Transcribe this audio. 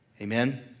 Amen